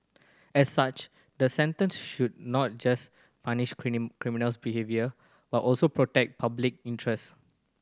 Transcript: as such the sentence should not just punish criminals behaviour but also protect public interest